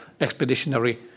expeditionary